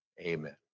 amen